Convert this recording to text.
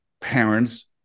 parents